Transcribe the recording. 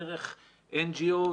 דרך NGO,